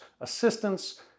assistance